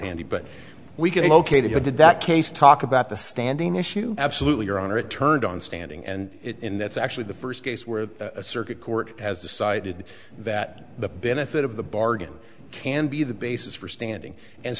handy but we can locate it how did that case talk about the standing issue absolutely your honor it turned on standing and in that's actually the first case where a circuit court has decided that the benefit of the bargain can be the basis for standing and